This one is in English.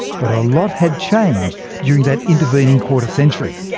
but a lot had changed during that intervening quarter-century,